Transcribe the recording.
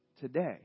today